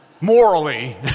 Morally